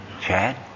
Chad